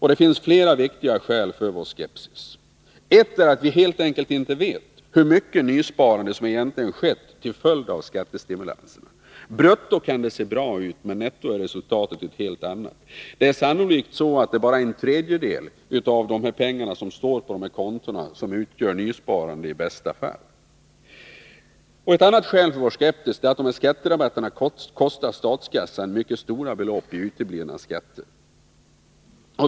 Det finns flera viktiga skäl till vår skepsis. Ett är att vi helt enkelt inte vet hur mycket nysparande som egentligen skett till följd av skattestimulanserna. Brutto kan det se bra ut, men netto är resultatet ett helt annat. Det är sannolikt i bästa fall bara en tredjedel av de pengar som står på kontona i fråga som utgör nysparande. Ett annat skäl för vår skepsis är att dessa skatterabatter kostar statskassan mycket stora belopp i uteblivna skatter.